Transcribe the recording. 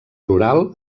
rural